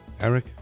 Eric